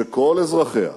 שכל אזרחיה,